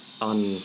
on